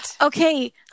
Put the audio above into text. okay